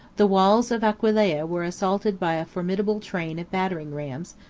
the walls of aquileia were assaulted by a formidable train of battering rams,